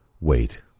wait